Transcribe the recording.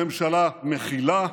הממשלה מכילה,